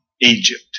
Egypt